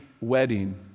wedding